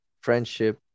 friendship